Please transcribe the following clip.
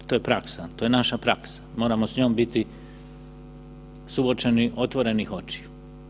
To je praksa, to je naša praksa, moramo s njom biti suočeni otvorenih očiju.